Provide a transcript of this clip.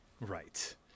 Right